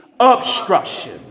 obstruction